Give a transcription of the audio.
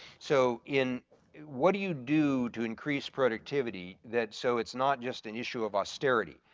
so in what do you do to increase productivity that so it's not just an issue of austerity?